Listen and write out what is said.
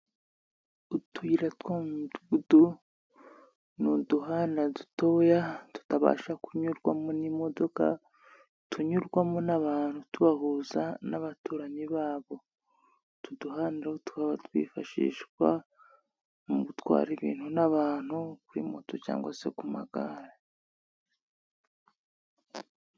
Utuyira tw'umudugudu ni uduhanda dutoya tutabasha kunyurwamo n'imodoka, tunyurwamo n'abantu tubahuza n'abaturanyi babo. Utu duhanda tukaba twifashishwa mu gutwara ibintu n'abantu, kuri moto cyangwa se ku magare.